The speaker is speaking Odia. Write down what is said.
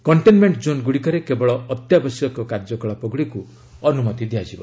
କଣ୍ଟେନମେଣ୍ଟ ଜୋନ୍ଗୁଡ଼ିକରେ କେବଳ ଅତ୍ୟାବଶ୍ୟକ କାର୍ଯ୍ୟକଳପାଗୁଡ଼ିକୁ ଅନୁମତି ଦିଆଯିବ